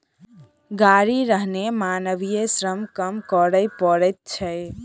गाड़ी रहने मानवीय श्रम कम करय पड़ैत छै